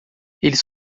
eles